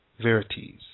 Verities